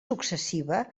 successiva